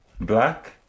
Black